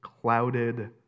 clouded